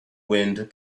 wind